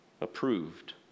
approved